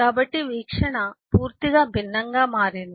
కాబట్టి వీక్షణ పూర్తిగా భిన్నంగా మారింది